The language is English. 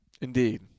Indeed